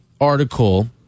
article